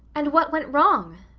and what went wrong?